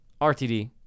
RTD